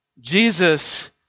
Jesus